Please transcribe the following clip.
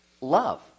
love